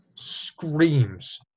screams